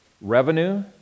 revenue